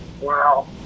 Wow